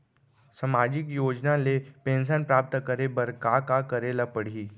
सामाजिक योजना ले पेंशन प्राप्त करे बर का का करे ल पड़ही?